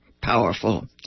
powerful